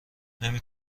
نمی